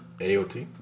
AOT